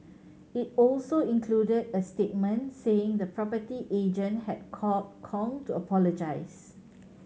it also included a statement saying the property agent had called Kong to apologise